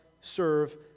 serve